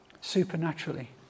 supernaturally